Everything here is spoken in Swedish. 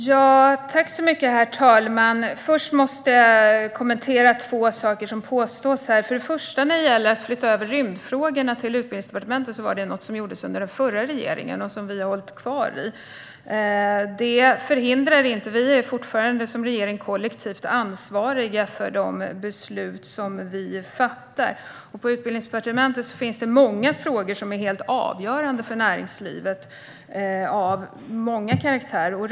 Herr talman! Jag måste börja med att kommentera två påståenden som görs här. För det första: När det gäller flytten av rymdfrågorna till Utbildningsdepartementet var det något som gjordes under den förra regeringen och som vi har hållit kvar vid. Vi är som regering fortfarande kollektivt ansvarig för de beslut som fattas, och på Utbildningsdepartementet finns det många frågor av olika karaktär som är helt avgörande för näringslivet.